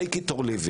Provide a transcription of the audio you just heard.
קחו את זה או לא.